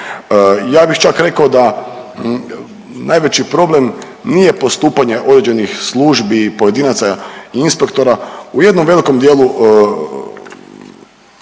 Ja bih čak rekao da najveći problem nije postupanje određenih službi i pojedinaca inspektora u jednom velikom dijelu